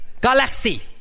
galaxy